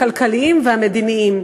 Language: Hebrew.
הכלכליים והמדיניים.